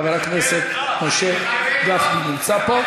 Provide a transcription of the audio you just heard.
חבר הכנסת משה גפני נמצא פה?